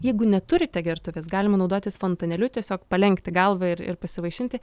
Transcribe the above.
jeigu neturite gertuvės galima naudotis fontanėliu tiesiog palenkti galvą ir ir pasivaišinti